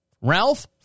Ralph